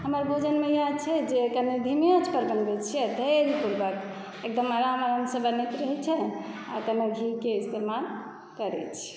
हमर भोजनमे इएह छै जे कनी धीमी आँचपर बनबै छिए धैर्यपूर्वक एकदम आराम आरामसँ बनैत रहै छै आओर कने घीके इस्तेमाल करै छिए